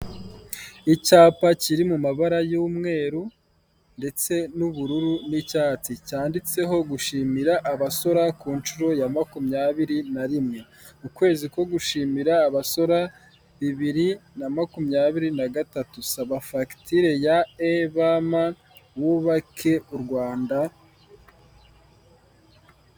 Icyapa kiri mumabara y'umweru ndetse n'ubururu n'icyatsi, cyanditseho gushimira abasora kunshuro ya makumyabiri na rimwe. ukwezi ko gushimira abasora bibiri na makumyabiri na gatatu, saba fagitire ya ebama wubake Urwanda.....